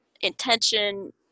intention